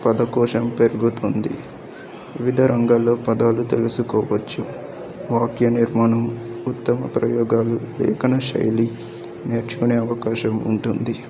పదకోశం పెరుగుతుంది వివిధ రంగాలలో పదాలు తెలుసుకోవచ్చు వాక్య నిర్మాణం ఉత్తమ ప్రయోగాలు లేఖన శైలి నేర్చుకునే అవకాశం ఉంటుంది